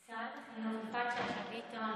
שרת החינוך יפעת שאשא ביטון,